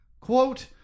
quote